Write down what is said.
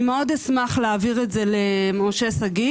אני מאוד אשמח להעביר את זה למשה שגיא